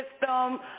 system